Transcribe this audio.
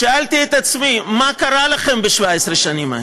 שאלתי את עצמי: מה קרה לכם ב-17 השנים האלה?